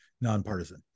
nonpartisan